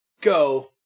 go